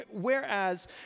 whereas